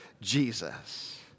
Jesus